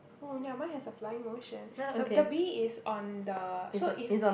oh ya mine has a flying motion the the bee is on the so if